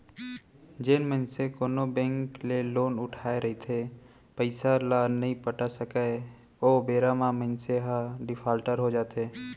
जेन मनसे कोनो बेंक ले लोन उठाय रहिथे पइसा ल नइ पटा सकय ओ बेरा म मनसे ह डिफाल्टर हो जाथे